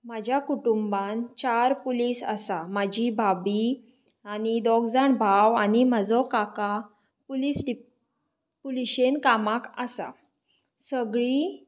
म्हज्या कुटूंबान चार पुलीस आसा म्हजी भाभी आनी दोग जाण भाव आनी म्हजो काका पुलीस डिपा पुलीशेन कामाक आसा सगलीं